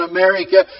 America